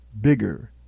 bigger